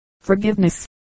Forgiveness